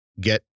get